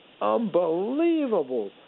unbelievable